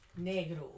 Negro